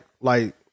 like-